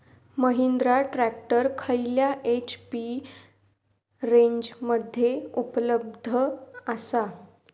Mahindra tractor खयल्या HP रेंजमध्ये उपलब्ध आसा?